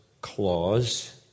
clause